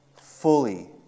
fully